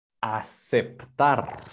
aceptar